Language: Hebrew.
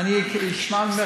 זאת לא